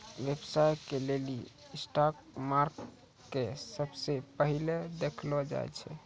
व्यवसाय के लेली स्टाक मार्केट के सबसे पहिलै देखलो जाय छै